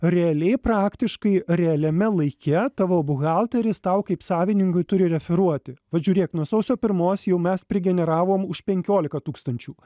realiai praktiškai realiame laike tavo buhalteris tau kaip savininkui turi referuoti vat žiūrėk nuo sausio pirmos jau mes prigeneravom už penkiolika tūkstančių